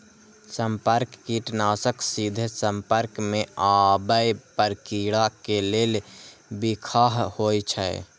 संपर्क कीटनाशक सीधे संपर्क मे आबै पर कीड़ा के लेल बिखाह होइ छै